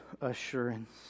assurance